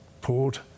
port